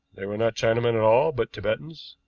they were not chinamen at all, but tibetans,